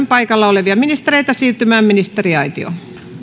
paikalla olevia ministereitä siirtymään ministeriaitioon